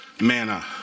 manna